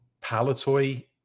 palatoy